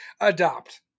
Adopt